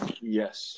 yes